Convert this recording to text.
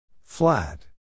Flat